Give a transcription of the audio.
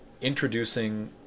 introducing